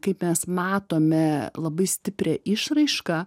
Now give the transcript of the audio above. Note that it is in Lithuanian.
kaip mes matome labai stiprią išraišką